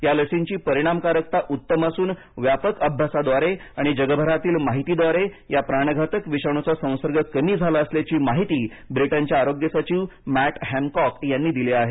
या लसींची परिणामकारकता उत्तम असून व्यापक अभ्यासाद्वारे आणि जगभरातील माहितीद्वारे या प्राणघातक विषाणूचा संसर्ग कमी झाला असल्याची माहिती ब्रिटनचे आरोग्य सचिव मॅट हॅनकॉक यांनी दिली आहे